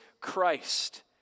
Christ